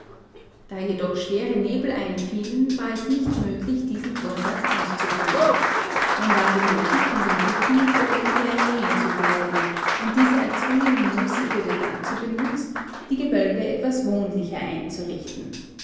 da jedoch schwere nebel einfielen war es nicht möglich diesen vorsatz auszuführen man war genötigt in den hütten oder in beim nähe zu bleiben und diese erzwungene muße wurde dazu benutzt die gewölbe etwas wohnlicher einzurichten